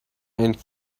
and